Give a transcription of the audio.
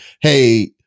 hey